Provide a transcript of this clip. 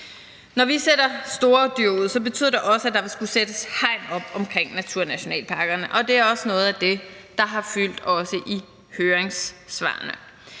Når vi sætter store dyr ud, betyder det også, at der vil skulle sættes hegn op omkring naturnationalparkerne, og det er også noget af det, der har fyldt, også i høringssvarene.